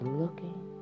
looking